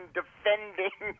defending